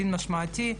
דין משמעתי,